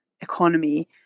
economy